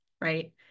right